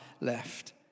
left